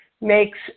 makes